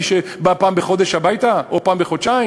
שחוזר פעם בחודש הביתה או פעם בחודשיים.